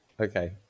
Okay